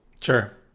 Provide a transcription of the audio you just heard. sure